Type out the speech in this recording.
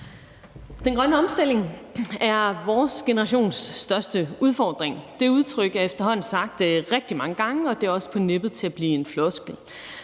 Den grønne omstilling er vores generations største udfordring. Det er efterhånden sagt rigtig mange gange, og det er også på nippet til at blive en floskel.